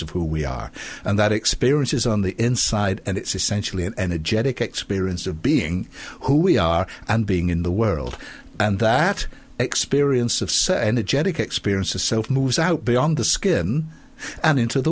of who we are and that experience is on the inside and it's essentially an energetic experience of being who we are and being in the world and that experience of so energetic experiences so moves out beyond the skin and into the